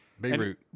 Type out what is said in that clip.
Beirut